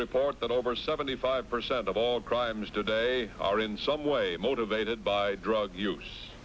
report that over seventy five percent of all crimes today are in some way motivated by drug